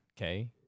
okay